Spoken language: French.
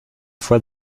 fois